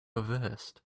reversed